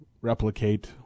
replicate